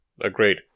Agreed